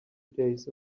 days